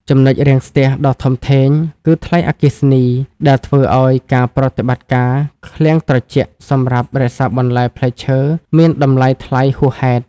ចំណុចរាំងស្ទះដ៏ធំធេងគឺ "ថ្លៃអគ្គិសនី" ដែលធ្វើឱ្យការប្រតិបត្តិការឃ្លាំងត្រជាក់សម្រាប់រក្សាបន្លែផ្លែឈើមានតម្លៃថ្លៃហួសហេតុ។